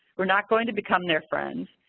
are not going to become their friends,